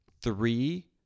three